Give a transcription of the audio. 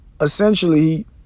essentially